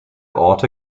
orte